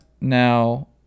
Now